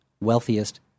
wealthiest